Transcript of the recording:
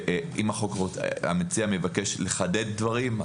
אם המציע מבקש לחדד דברים,